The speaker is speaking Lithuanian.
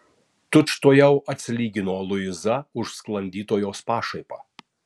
tučtuojau atsilygino luiza už sklandytojos pašaipą